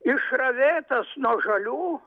išravėtas nuo žolių